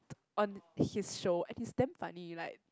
on his show and it's damn funny like